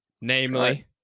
Namely